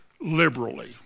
liberally